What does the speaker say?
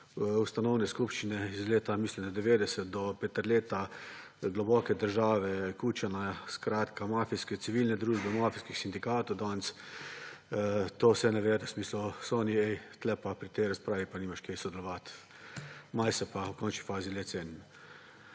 ustanovne skupščine iz leta – mislim, da – 1990 do Peterleta, globoke države, Kučana; skratka mafijske civilne družbe, mafijskih sindikatov, danes to vse navedel, sem si mislil, Soni, ej, pri tej razpravi pa nimaš kaj sodelovati. Malo se pa v končni fazi le